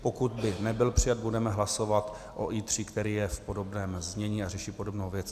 Pokud by nebyl přijat, budeme hlasovat o I3, který je v podobném znění a řeší podobnou věc.